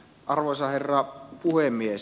arvoisa herra puhemies